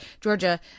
georgia